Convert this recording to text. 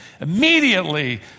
immediately